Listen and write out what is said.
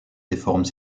déforme